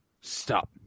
stop